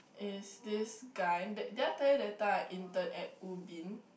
is this guy did did I tell you that time I intern at Ubin